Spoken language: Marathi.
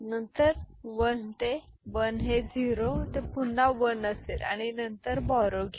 नंतर 1 ते 1 ते 0 हे पुन्हा 1 असेल आणि नंतर बोरो घ्या